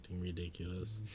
ridiculous